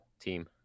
team